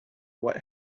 what